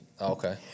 Okay